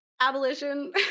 abolition